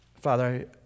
Father